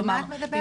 על מה את מדברת?